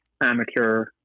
amateur